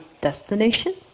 destination